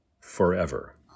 forever